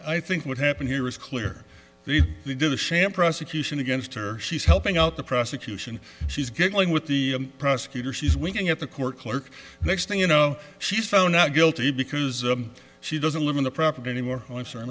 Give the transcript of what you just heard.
i think what happened here is clear they did a sham prosecution against her she's helping out the prosecution she's giggling with the prosecutor she's winking at the court clerk next thing you know she's found not guilty because she doesn't live on the property anymore